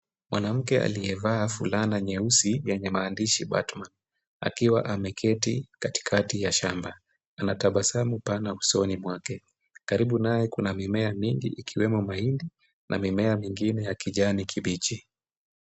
Mwanamke aliyevaa fulana nyeusi yenye maandishi Batman akiwa ameketi katikati ya shamba. Ana tabasamu pana usoni mwake, karibu naye kuna mimea mingi ikiwemo mahindi na mimea mingine ya kijani kibichi.